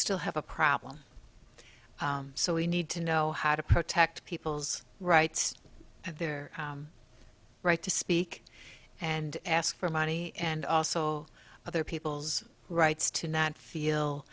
still have a problem so we need to know how to protect people's rights and their right to speak and ask for money and also other people's rights to not feel